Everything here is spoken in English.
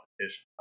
competition